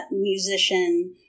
musician-